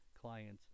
clients